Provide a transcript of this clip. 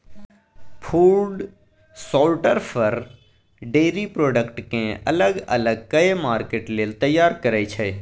food शार्टर फर, dairy product केँ अलग अलग कए मार्केट लेल तैयार करय छै